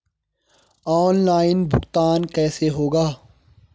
Online भुगतान कैसे होगा?